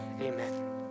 amen